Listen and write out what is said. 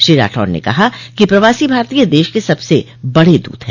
श्री राठौड़ ने कहा कि प्रवासी भारतीय देश के सबसे बड़े दूत हैं